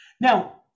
Now